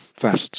Fast